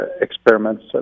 experiments